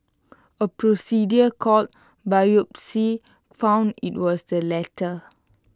A procedure called biopsy found IT was the latter